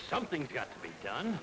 something's gotta be done